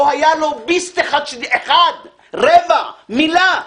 לא היה לוביסט אחד, רבע, מילה,